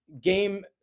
game